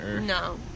No